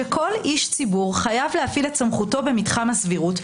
שכל איש ציבור חייב להפעיל את סמכותו במתחם הסבירות.